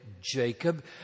Jacob